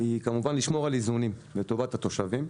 היא כמובן לשמור על איזונים לטובת התושבים,